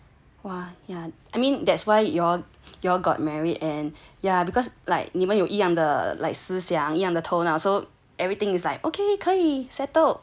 !wah! ya I mean that's why you all you all got married and yah because like 你们有一样的 like 思想样的头脑 so everything is like okay 可以 settled